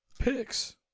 picks